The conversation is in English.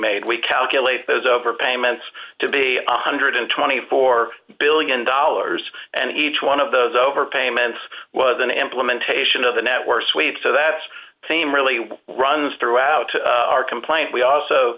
made we calculate those overpayments to be one hundred and twenty four billion dollars and each one of those overpayments was an implementation of the networks wait so that team really runs throughout our complaint we also